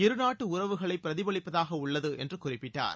இருநாட்டு உறவுகளை பிரதிபலிப்பதாக உள்ளது என்று குறிப்பிட்டார்